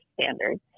standards